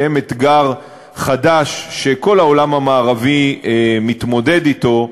שהן אתגר חדש שכל העולם המערבי מתמודד אתו,